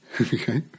Okay